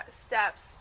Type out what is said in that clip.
steps